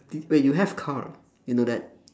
wait you have car you know that